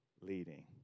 leading